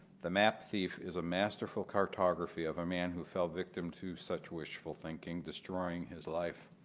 the map thief is a masterful cartography of a man who fell victim to such wishful thinking, destroying his life.